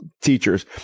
teachers